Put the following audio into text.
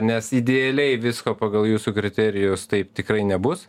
nes idealiai visko pagal jūsų kriterijus taip tikrai nebus